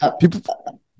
people